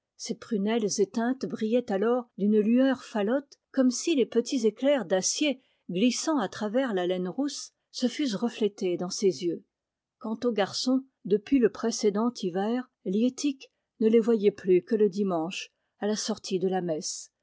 ses prunelles éteintes brillaient alors d'une lueur falote comme si les petits éclairs d'acier glissant à travers la laine rousse se fussent reflétés dans ses yeux quant aux garçons depuis le précédent hiver liettik ne les voyait plus que le dimanche à la sortie de la messe